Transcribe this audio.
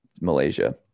Malaysia